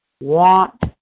want